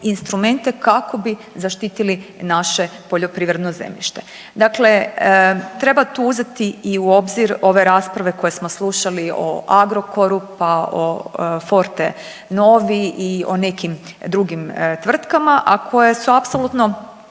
kako bi zaštitili naše poljoprivredno zemljište. Dakle, treba tu uzeti i u obzir ove rasprave koje smo slušali o Agrokoru, pa o Fortenovi i o nekim drugim tvrtkama, a koje su apsolutno